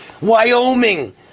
Wyoming